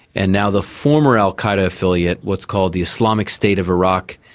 and now the former al qaeda affiliate, what's called the islamic state of iraq,